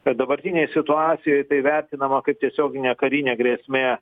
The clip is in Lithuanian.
kad dabartinėj situacijoj tai vertinama kaip tiesioginė karinė grėsmė